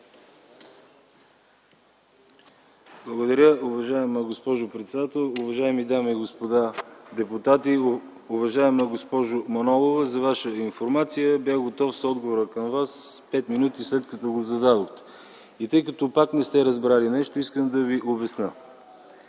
Благодаря, уважаема госпожо председател. Уважаеми дами и господа депутати, уважаема госпожо Манолова! За Ваша информация бях готов с отговора към Вас пет минути след като го зададохте, но тъй като пак не сте разбрали нещо искам да Ви обясня.